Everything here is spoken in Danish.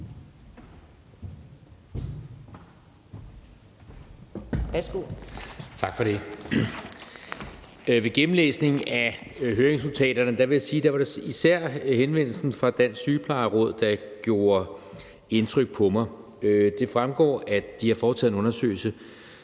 I forbindelse med gennemlæsningen af høringsnotaterne vil jeg sige, at det især var henvendelsen fra Dansk Sygeplejeråd, der gjorde indtryk på mig. Det fremgår, at de tilbage i perioden